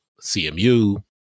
CMU